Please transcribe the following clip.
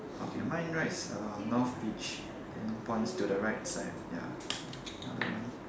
okay mine writes uh north beach then points to the right side ya